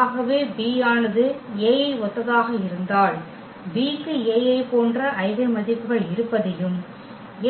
ஆகவே B ஆனது A ஐ ஒத்ததாக இருந்தால் B க்கு A ஐப் போன்ற ஐகென் மதிப்புகள் இருப்பதையும்